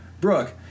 Brooke